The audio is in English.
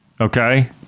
Okay